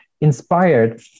inspired